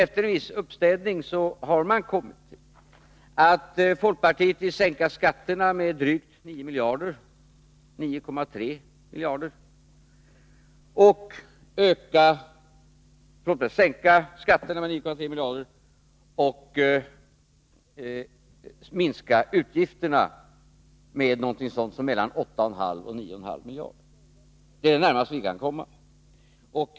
Efter viss uppstädning har departementet kommit till att folkpartiet vill sänka skatterna med 9,3 miljarder och minska utgifterna med någonting mellan 8,5 och 9,5 miljarder. Det är det närmaste vi kan komma.